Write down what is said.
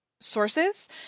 sources